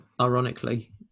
ironically